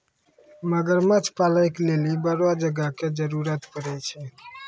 मगरमच्छ पालै के लेली बड़ो जगह के जरुरत पड़ै छै